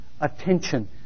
attention